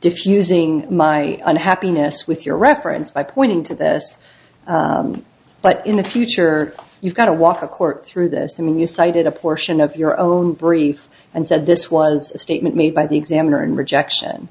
fusing my unhappiness with your reference by pointing to this but in the future you've got to walk the court through this i mean you cited a portion of your own brief and said this was a statement made by the examiner in rejection